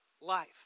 life